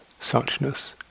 suchness